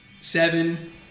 Seven